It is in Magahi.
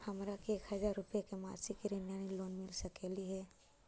हमरा के एक हजार रुपया के मासिक ऋण यानी लोन मिल सकली हे?